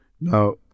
Now